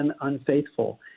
unfaithful